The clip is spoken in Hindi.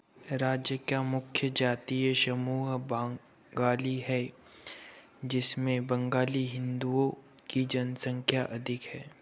राज्य का मुख्य जातीय समूह बंगाली है जिसमें बंगाली हिंदूओं की जनसंख्या अधिक है